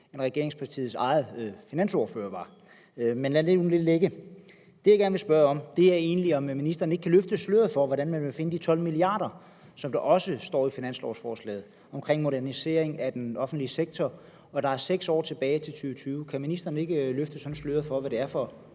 end regeringspartiernes egne finansordførere var. Men lad det nu ligge. Det, jeg gerne vil spørge om, er egentlig, om ministeren ikke kan løfte sløret for, hvordan man vil finde de 12 mia. kr., som også står i finanslovsforslaget, til en modernisering af den offentlige sektor. Og der er 6 år tilbage til 2020. Kan ministeren ikke løfte sløret for, hvad det er for